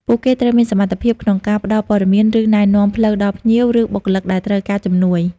ពួកគេត្រូវមានសមត្ថភាពក្នុងការ ផ្ដល់ព័ត៌មាន ឬណែនាំផ្លូវ ដល់ភ្ញៀវ ឬបុគ្គលិកដែលត្រូវការជំនួយ។